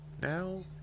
now